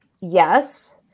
yes